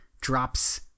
drops